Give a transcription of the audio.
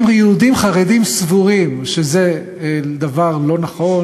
אם יהודים חרדים סבורים שזה דבר לא נכון,